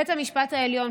בית המשפט העליון,